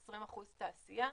20% תעשייה.